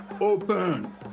open